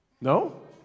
No